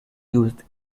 used